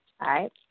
right